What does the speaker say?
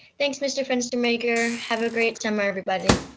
thanks, mr. fenstermaker. have a great summer everybody.